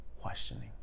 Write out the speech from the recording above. questioning